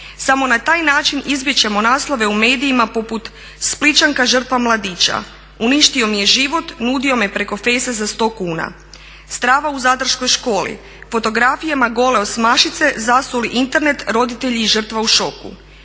Samo na taj način izbjeći ćemo naslove u medijima poput "Splićanka žrtva mladića, uništio mi je život, nudio mi je preko fejsa za 100 kuna", "Strava u zadarskoj školi, fotografijama gole osmašice zasuli Internet, roditelji i žrtva u šoku.",